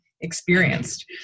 experienced